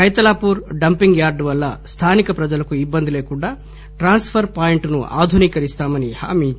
Kaithalapur dumping yard వల్ల స్థానిక ప్రజలకు ఇబ్బంది లేకుండా ట్రాన్స్ ఫర్ పాయింట్ ను ఆధునీకరిస్తామని హామీ ఇచ్చారు